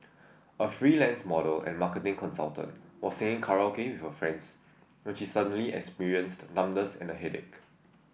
a freelance model and marketing consultant was singing karaoke with her friends when she suddenly experienced numbness and a headache